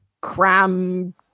cram